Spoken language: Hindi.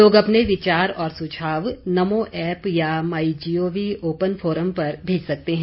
लोग अपने विचार और सुझाव नमो ऐप या माई जीओवी ओपन फोरम पर भेज सकते हैं